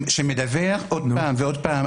שמדווח עוד פעם ועוד פעם.